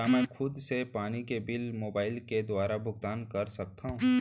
का मैं खुद से पानी के बिल मोबाईल के दुवारा भुगतान कर सकथव?